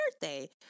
birthday